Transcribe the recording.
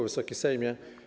Wysoki Sejmie!